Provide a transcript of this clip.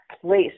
place